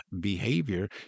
behavior